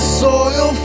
soil